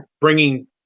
bringing